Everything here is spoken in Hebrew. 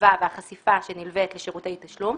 שנלווה והחשיפה שנלווית לשירותי תשלום,